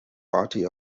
party